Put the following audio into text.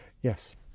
Yes